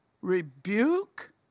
rebuke